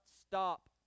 stop